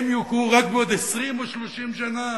הם יוכרו רק בעוד 20 או 30 שנה.